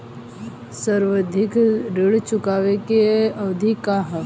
सावधि ऋण चुकावे के अवधि का ह?